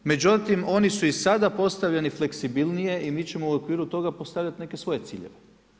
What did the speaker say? Međutim, oni su i sada postavljeni fleksibilnije i mi ćemo u okviru toga postavljati neke svoje ciljeve.